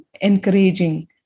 encouraging